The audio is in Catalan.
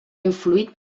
influït